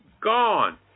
Gone